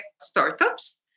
startups